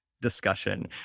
discussion